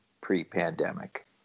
pre-pandemic